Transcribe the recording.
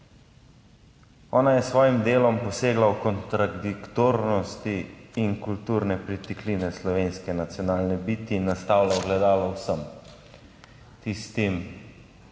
Ona je s svojim delom posegla v kontradiktornosti in kulturne pritikline slovenske nacionalne biti in nastavlja ogledalo vsem tistim